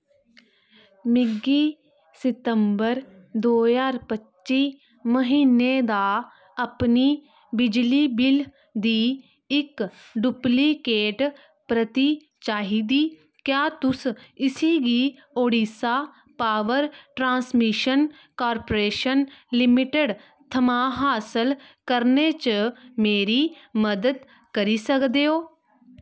मिगी सितंबर दो ज्हार पच्ची म्हीने दा अपनी बिजली बिल दी इक डुप्लीकेट प्रति चाहिदी क्या तुस इसी गी Odisha power transmission corporation limited थमां हासल करने च मेरी मदद करी सकदे ओ